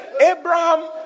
Abraham